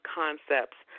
concepts